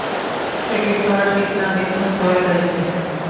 Credit card कितना दिन तक वैध रही?